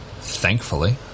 thankfully